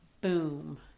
boom